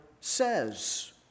says